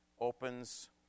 opens